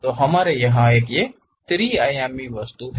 तो हमारे यहाँ एक यह त्रि आयामी वस्तु है